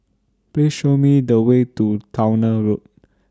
Please Show Me The Way to Towner Road